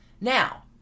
Now